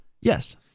Yes